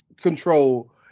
control